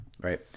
right